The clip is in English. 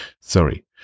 Sorry